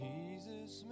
Jesus